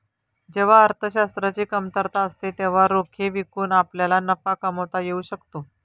जेव्हा अर्थशास्त्राची कमतरता असते तेव्हा रोखे विकून आपल्याला नफा कमावता येऊ शकतो